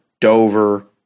Dover